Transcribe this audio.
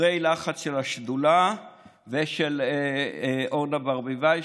אחרי לחץ של השדולה ושל אורנה ברביבאי,